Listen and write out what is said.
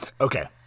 Okay